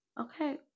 okay